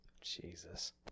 Jesus